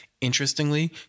Interestingly